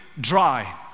dry